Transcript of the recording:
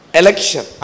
election